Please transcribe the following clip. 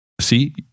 See